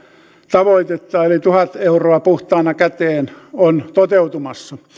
tavoitetta eli tuhat euroa puhtaan käteen on toteutumassa